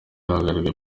hagaragaye